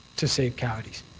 to save cavities.